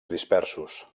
dispersos